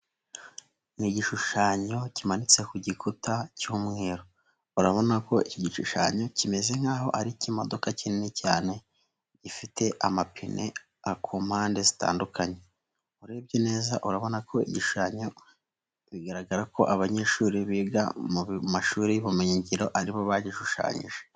Ni igishushanyo kimanitse ku gikuta cy'umweru urabona ko iki gishushanyo kimeze nk'aho ariy'imodoka kinini cyane, ifite amapine ku mpande zitandukanye. Urebye neza urabona ko igishushanyo bigaragara ko abanyeshuri biga mu mashuri y'ubumenyingiro aribo bagishushanyije.